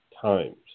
times